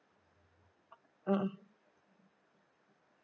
mmhmm